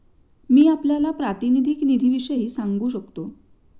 मी आपल्याला प्रातिनिधिक निधीविषयी सांगू शकतो